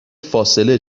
فاصله